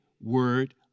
word